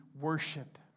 worship